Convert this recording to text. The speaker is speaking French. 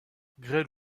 grêle